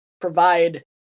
provide